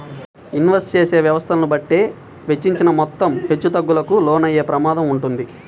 invest చేసే వ్యవస్థను బట్టే వెచ్చించిన మొత్తం హెచ్చుతగ్గులకు లోనయ్యే ప్రమాదం వుంటది